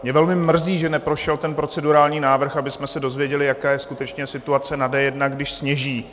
Mě velmi mrzí, že neprošel ten procedurální návrh, abychom se dozvěděli, jaká je skutečně situace na D1, když sněží.